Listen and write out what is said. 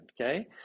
okay